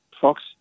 Fox